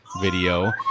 video